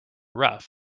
rough